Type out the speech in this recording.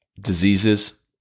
diseases